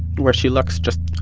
where she looks, just,